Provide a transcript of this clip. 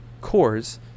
cores